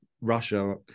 Russia